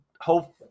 hope